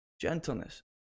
Gentleness